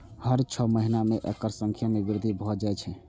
हर छह महीना मे एकर संख्या मे वृद्धि भए जाए छै